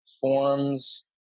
forms